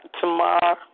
tomorrow